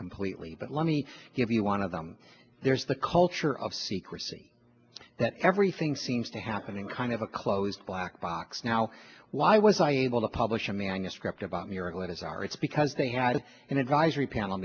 completely but let me give you one of them there's the culture of secrecy that everything seems to happen in kind of a closed black box now why was i able to publish a manuscript about miracle it is our it's because they had an advisory panel